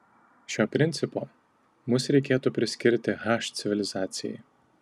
šio principo mus reikėtų priskirti h civilizacijai